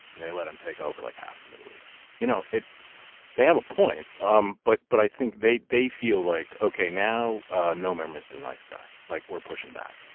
and they let him take over like half the middle east. you know they have a point, um but but i think they they feel like, okay, now ah no more mister nice guy. like, we're pushing back.